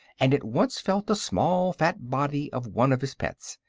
and at once felt the small fat body of one of his pets.